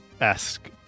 esque